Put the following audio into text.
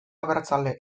abertzale